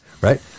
Right